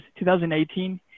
2018